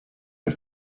but